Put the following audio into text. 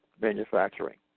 manufacturing